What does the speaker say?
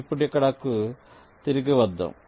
ఇప్పుడు ఇక్కడకు తిరిగి వద్దాం